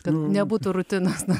kad nebūtų rutinos